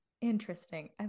Interesting